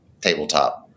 tabletop